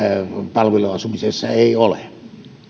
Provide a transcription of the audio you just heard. palveluasumisessa ei ole